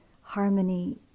harmony